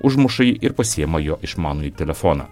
užmuša jį ir pasiima jo išmanųjį telefoną